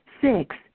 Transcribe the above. Six